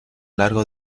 largo